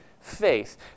faith